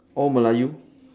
all melayu